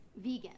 Vegan